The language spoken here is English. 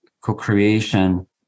co-creation